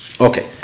Okay